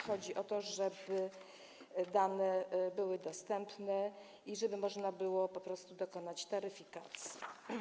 Chodzi o to, żeby dane były dostępne i żeby można było po prostu dokonać taryfikacji.